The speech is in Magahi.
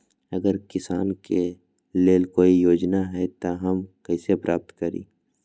अगर किसान के लेल कोई योजना है त हम कईसे प्राप्त करी?